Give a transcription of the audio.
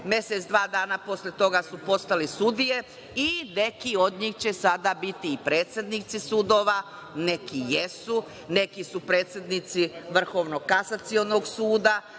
Mesec dva dana posle toga su postali sudije i neki od njih će sada biti predsednici sudova, neki jesu, neki su predsednici Vrhovnog kasacionog suda.